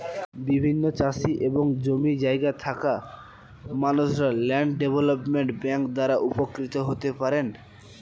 বিভিন্ন চাষি এবং জমি জায়গা থাকা মানুষরা ল্যান্ড ডেভেলপমেন্ট ব্যাংক দ্বারা উপকৃত হতে পারেন